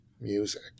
music